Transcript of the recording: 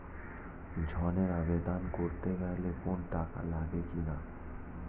ঋণের আবেদন করতে গেলে কোন টাকা লাগে কিনা?